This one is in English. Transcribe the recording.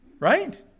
right